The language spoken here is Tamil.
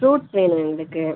ஃப்ரூட்ஸ் வேணும் எங்களுக்கு